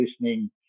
listening